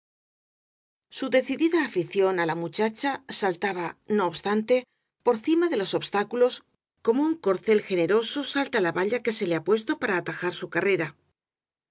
su decidida afición á la muchacha saltaba no obstante por cima de los obstáculos como un cor cel generoso salta la valla que se le ha puesto para atajar su carrera